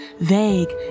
vague